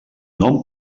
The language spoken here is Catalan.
nom